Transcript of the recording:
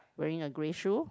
wearing a grey shoe